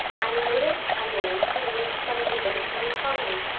i noticed a man who looked like a gentleman farmer,